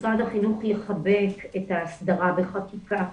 משרד החינוך מחבק את ההסדרה בחקיקה.